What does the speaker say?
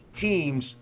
teams